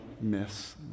miss